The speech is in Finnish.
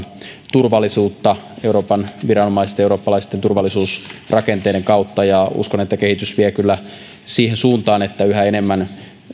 turvallisuutta euroopan viranomaisten ja eurooppalaisten turvallisuusrakenteiden kautta ja uskon että kehitys vie kyllä siihen suuntaan että yhä enemmän